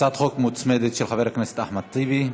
הצעת חוק מוצמדת של חבר הכנסת אחמד טיבי.